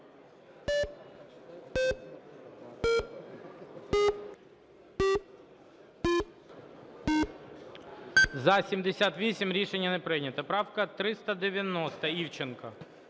За-78 Рішення не прийнято. Правка 390, Івченко.